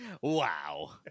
Wow